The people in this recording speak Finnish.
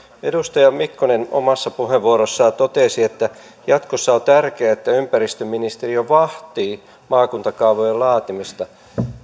edustaja mikkonen omassa puheenvuorossaan totesi että jatkossa on tärkeää että ympäristöministeriö vahtii maakuntakaavojen laatimista